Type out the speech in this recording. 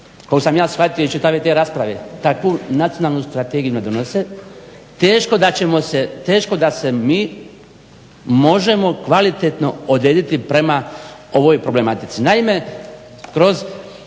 koliko sam ja shvatio iz čitave te rasprave, takvu nacionalnu strategiju ne donese, teško da ćemo se, teško da se mi možemo kvalitetno odrediti prema ovoj problematici. Naime, kroz